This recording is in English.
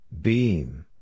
Beam